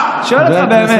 השיירה,